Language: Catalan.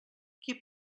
qui